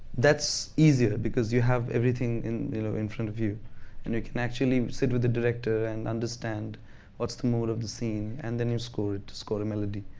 that's easier, because you have everything in you know in front of you and you can actually sit with the director and understand what's the motive of the scene. and then you score it, score the melody.